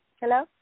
hello